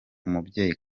umubyeyi